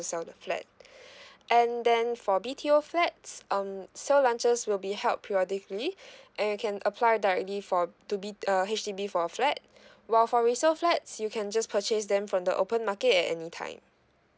sell the flat and then for B_T_O flats um sales launches will be held periodically and you can apply directly for to B~ err H_D_B for a flat while for resale flats you can just purchase them from the open market at any time